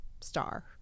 star